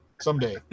Someday